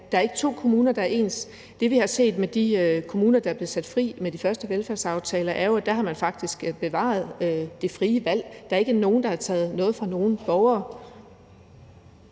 Der er ikke to kommuner, der er ens. Det, vi har set med de kommuner, der blev sat fri med de første velfærdsaftaler, er jo, at der har man faktisk bevaret det frie valg. Der er ikke nogen, der har taget noget fra nogen borgere.